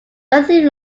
nothing